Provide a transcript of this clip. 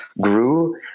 grew